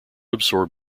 absorb